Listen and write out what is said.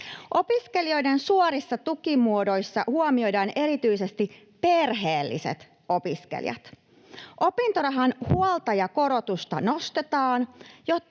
Opiskelijoiden suorissa tukimuodoissa huomioidaan erityisesti perheelliset opiskelijat. Opintorahan huoltajakorotusta nostetaan,